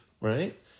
right